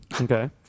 Okay